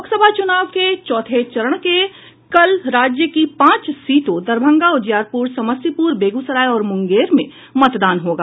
लोकसभा चुनाव के चौथे चरण में कल राज्य की पांच सीटों दरभंगा उजियारपुर समस्तीपुर बेगूसराय और मुंगेर में मतदान होगा